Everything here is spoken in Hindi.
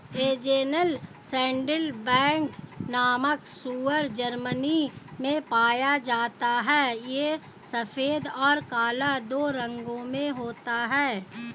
एंजेलन सैडलबैक नामक सूअर जर्मनी में पाया जाता है यह सफेद और काला दो रंगों में होता है